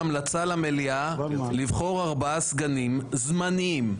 למליאה לבחור ארבעה סגנים זמניים,